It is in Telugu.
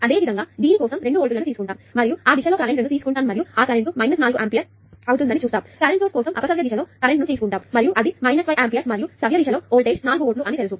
అదేవిధంగా దీని కోసం 2 వోల్ట్లను తీసుకుంటాము మరియు ఆ దిశలో కరెంట్ ను తీసుకుంటాను మరియు ఆ కరెంట్ 4 ఆంపియర్ అని చూస్తారు మరియు ఈ కరెంటు సోర్స్ కోసం అపసవ్య దిశలో కరెంట్ తీసుకుంటాను మరియు అది 5 ఆంపియర్స్ మరియు సవ్య దిశలో వోల్టేజ్ 5 వోల్ట్లు అని తెలుసు